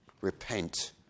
Repent